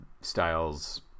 Styles